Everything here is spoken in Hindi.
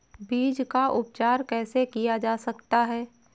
बीज का उपचार कैसे किया जा सकता है?